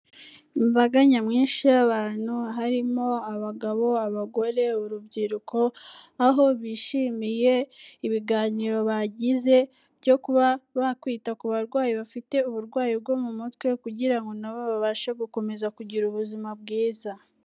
Imbaga nyamwinshi y'abantu harimo abagabo, abagore, urubyiruko, aho bishimiye ibiganiro bagize byo kuba bakwita ku barwayi bafite uburwayi bwo mu mutwe kugira ngo nabo babashe gukomeza kugira ubuzima bwiza.